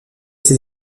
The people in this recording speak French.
ses